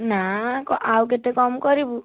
ନା ଆଉ କେତେ କମ୍ କରିବୁ